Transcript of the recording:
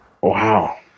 Wow